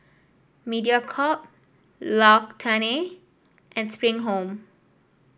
Mediacorp L'Occitane and Spring Home